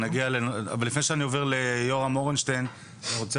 לפני שאני עובר ליורם ארנשטיין אני רוצה